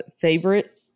favorite